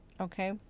Okay